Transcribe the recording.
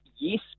yes